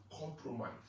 compromise